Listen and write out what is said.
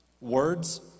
words